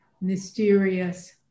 mysterious